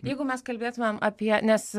jeigu mes kalbėtumėm apie nes